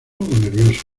nervioso